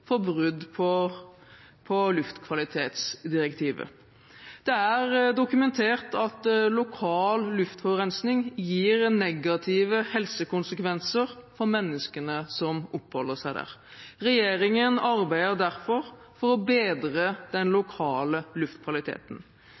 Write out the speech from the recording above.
for brudd på luftkvalitetsdirektivet. Det er dokumentert at lokal luftforurensning gir negative helsekonsekvenser for menneskene som oppholder seg der. Regjeringen arbeider derfor for å bedre den lokale luftkvaliteten.